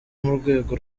murwego